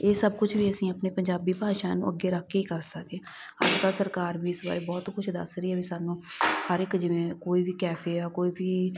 ਇਹ ਸਭ ਕੁਛ ਵੀ ਅਸੀਂ ਆਪਣੇ ਪੰਜਾਬੀ ਭਾਸ਼ਾ ਨੂੰ ਅੱਗੇ ਰੱਖ ਕੇ ਹੀ ਕਰ ਸਕਦੇ ਅੱਜ ਕੱਲ੍ਹ ਸਰਕਾਰ ਵੀ ਇਸ ਬਾਰੇ ਬਹੁਤ ਕੁਛ ਦੱਸ ਰਹੀ ਆ ਵੀ ਸਾਨੂੰ ਹਰ ਇੱਕ ਜਿਵੇਂ ਕੋਈ ਵੀ ਕੈਫੇ ਆ ਕੋਈ ਵੀ